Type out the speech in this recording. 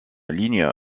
ligne